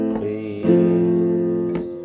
Please